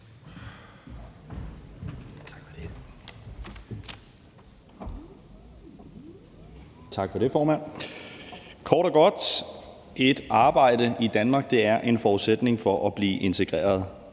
Tak for det, formand. Kort og godt vil jeg sige: Et arbejde i Danmark er en forudsætning for at blive integreret.